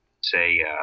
say